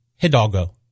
Hidalgo